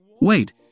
Wait